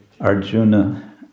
Arjuna